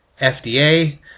FDA